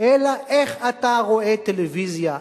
אלא איך אתה רואה טלוויזיה,